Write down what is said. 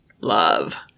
love